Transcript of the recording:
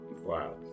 Wow